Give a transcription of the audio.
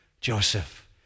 Joseph